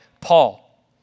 Paul